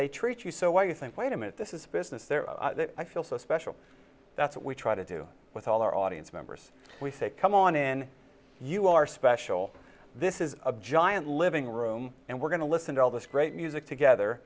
they treat you so why you think wait a minute this is a business there i feel so special that's what we try to do with all our audience members we say come on in you are special this is a giant living room and we're going to listen to all this great music together